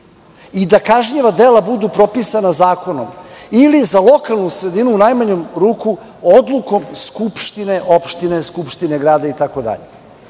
i da kažnjiva dela budu propisana zakonom ili za lokalnu sredinu, u najmanju ruku, odlukom skupštine opštine, skupštine grada itd.